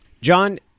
John